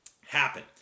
happen